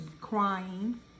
Crying